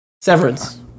severance